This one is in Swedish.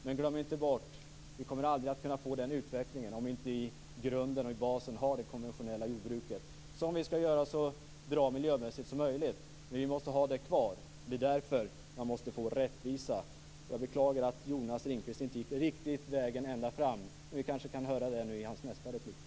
Men glöm inte bort: Vi kommer aldrig att få den utvecklingen om vi inte i grunden har det konventionella jordbruket, som skall göras så miljömässigt bra som möjligt. Vi måste ha det konventionella jordbruket kvar. Det är därför som det måste bli rättvisa. Jag beklagar att Jonas Ringqvist inte gick vägen riktigt ända fram. Men vi får kanske höra mera i hans nästa replik.